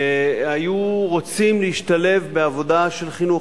היו רוצים להשתלב בעבודה של חינוך,